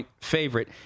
favorite